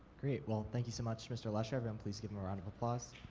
great, well, thank you so much mr. lesher. everyone please give him a round of applause.